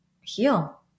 heal